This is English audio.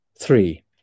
three